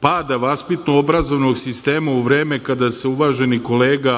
pada vaspitno-obrazovnog sistema u vreme kada se uvaženi kolega